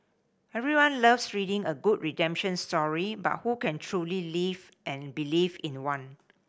everyone loves reading a good redemption story but who can truly live and believe in one